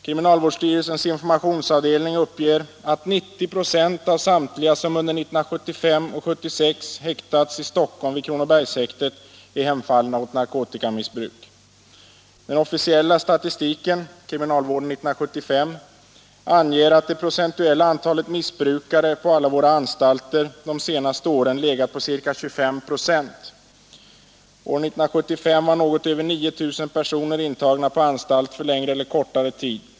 Kriminalvårdssivrelsens informationsavdelning uppger att 90 2ö av samtliga som under 1975 och 1976 häktats i Stockholm vid Kronobergshäktet är hemfallna åt narkotikamissbruk. Den officiella statistiken — Kriminalvården 1975 — anger att andelen missbrukare på alla våra anstalter de senaste åren legat på ca 25 6. År 1975 var något över 9 000 personer intagna på anstalt för längre eller kortare tid.